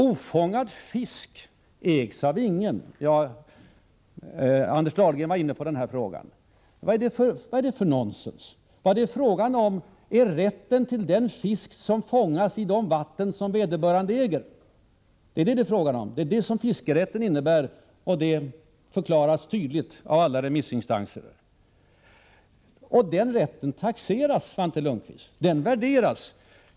Ofångad fisk ägs av ingen — Anders Dahlgren var inne på den frågan. Vad är det för nonsens? Vad det är fråga om är rätten till den fisk som fångas i de vatten som någon äger. Det är det som fiskerätten innebär, och det förklaras tydligt av alla remissinstanser. Och den rätten värderas och taxeras, Svante Lundkvist.